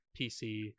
PC